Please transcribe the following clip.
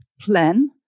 plan